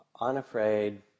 unafraid